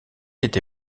été